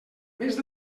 més